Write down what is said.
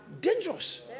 Dangerous